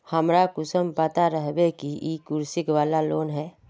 हमरा कुंसम पता रहते की इ कृषि वाला लोन है?